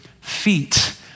feet